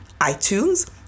iTunes